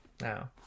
Now